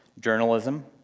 journalism,